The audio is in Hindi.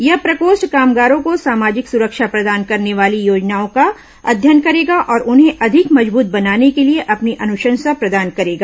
यह प्रकोष्ठ कामगारों को सामाजिक सुरक्षा प्रदान करने वाली योजनाओं का अध्ययन करेगा और उन्हें अधिक मजबूत बनाने के लिए अपनी अनुशंसा प्रदान करेगा